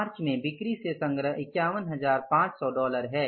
मार्च में बिक्री से संग्रह 51500 है